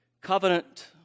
covenant